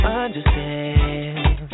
understand